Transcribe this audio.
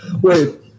wait